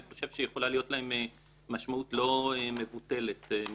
אני חושב שיכולה להיות להם משמעות לא מבוטלת מבחינתנו.